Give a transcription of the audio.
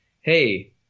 hey